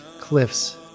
cliffs